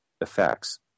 effects